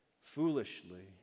foolishly